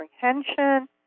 comprehension